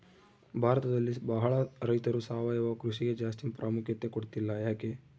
ಭಾರತದಲ್ಲಿ ಬಹಳ ರೈತರು ಸಾವಯವ ಕೃಷಿಗೆ ಜಾಸ್ತಿ ಪ್ರಾಮುಖ್ಯತೆ ಕೊಡ್ತಿಲ್ಲ ಯಾಕೆ?